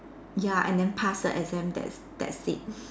ya and then pass the exam that's that's it